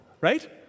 right